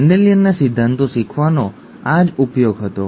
મેન્ડેલિયનના સિદ્ધાંતો શીખવાનો આ જ ઉપયોગ હતો